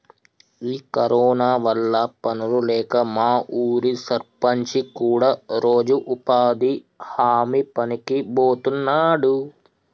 ఈ కరోనా వల్ల పనులు లేక మా ఊరి సర్పంచి కూడా రోజు ఉపాధి హామీ పనికి బోతున్నాడు